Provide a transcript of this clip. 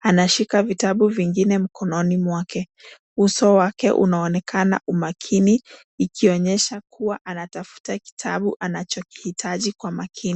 Anashika vitabu vingine mkononi mwake. Uso wake unaonekana umakini, ikionyesha kuwa anatafuta kitabu anachohitaji kwa makini.